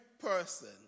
person